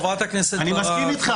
אני מסכים איתך,